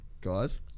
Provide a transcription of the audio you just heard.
guys